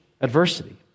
adversity